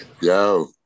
Yo